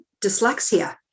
dyslexia